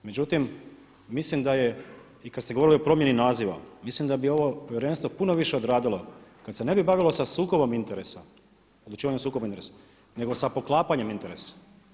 Međutim, mislim da je i kad ste govorili o promjeni naziva, mislim da bi ovo povjerenstvo puno više odradilo kad se ne bi bavilo sa sukobom interesa, odlučivanju o sukobu interesa nego sa poklapanjem interesa.